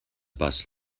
bus